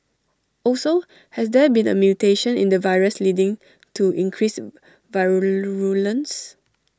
also has there been A mutation in the virus leading to increased virulence